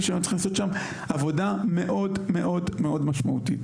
שהיינו צריכים לעשות שם עבודה מאוד מאוד משמעותית.